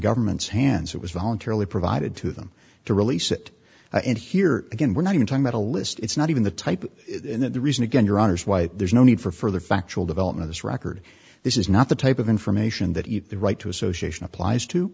government's hands it was voluntarily provided to them to release it and here again we're not even talk about a list it's not even the type that the reason again your honour's why there's no need for further factual development this record this is not the type of information that eat the right to association applies to